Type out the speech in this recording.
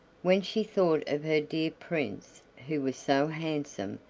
when she thought of her dear prince who was so handsome,